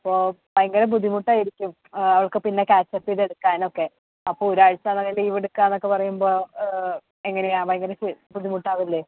അപ്പോൾ ഭയങ്കര ബുദ്ധിമുട്ടായിരിക്കും അവൾക്ക് പിന്നെ ക്യാച്ചപ്പ് ചെയ്തെടുക്കാനൊക്കെ അപ്പോൾ ഒരാഴ്ചന്നൊക്കെ ലീവെടുക്കുകന്നൊക്കെ പറയുമ്പോൾ എങ്ങനെയാണ് ഭയങ്കര ബുദ്ധിമുട്ടാവില്ലേ